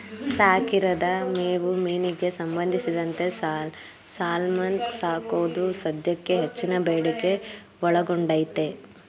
ಸಾಕಿರದ ಮೇವು ಮೀನಿಗೆ ಸಂಬಂಧಿಸಿದಂತೆ ಸಾಲ್ಮನ್ ಸಾಕೋದು ಸದ್ಯಕ್ಕೆ ಹೆಚ್ಚಿನ ಬೇಡಿಕೆ ಒಳಗೊಂಡೈತೆ